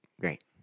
Great